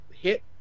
hit